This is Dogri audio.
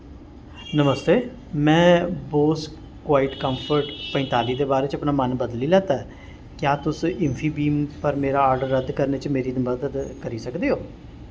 नमस्ते में बोस कवईट कंफर्ट पंजताली दे बारे च अपना मन बदली लैता ऐ क्या तुस इंफीबीम पर मेरा आर्डर रद्द करने च मेरी मदद करी सकदे ओ